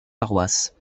paroisse